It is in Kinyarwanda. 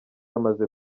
bamaze